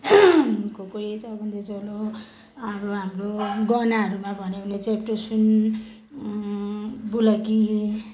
कोही कोही चौबन्दी चोलो अरू हाम्रो गहनाहरूमा भनौँ भने चेप्टे सुन बुलाकी